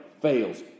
fails